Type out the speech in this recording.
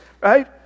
right